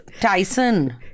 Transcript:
Tyson